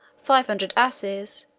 five hundred asses,